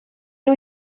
nhw